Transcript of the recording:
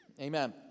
Amen